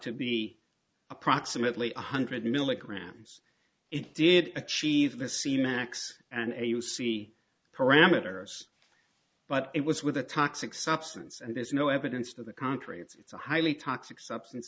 to be approximately one hundred milligrams it did achieve the scene x and you see parameters but it was with a toxic substance and there's no evidence to the contrary it's a highly toxic substance